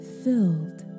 filled